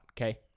okay